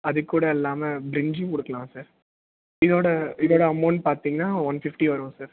அதுக்கூட இல்லாமல் பிரிஞ்சும் கொடுக்கலாம் சார் இதோட இதோட அமௌண்ட் பார்த்திங்கன்னா ஒன் ஃபிஃப்டி வரும் சார்